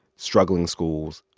struggling schools,